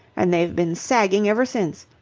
and they've been sagging ever since.